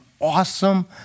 awesome